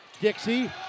Dixie